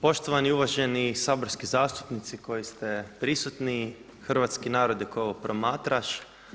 Poštovani uvaženi saborski zastupnici koji ste prisutni, hrvatski narode koji ovo promatraš.